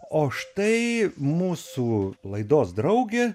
o štai mūsų laidos draugė